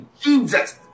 Jesus